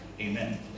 Amen